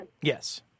Yes